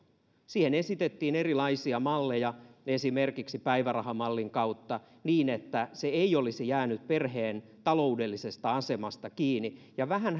siihen esitettiin erilaisia malleja esimerkiksi päivärahamallin kautta niin että se ei olisi jäänyt perheen taloudellisesta asemasta kiinni vähän